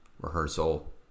Rehearsal